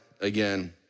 again